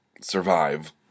survive